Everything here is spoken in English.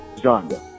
genre